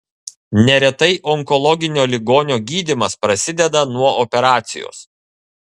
neretai onkologinio ligonio gydymas prasideda nuo operacijos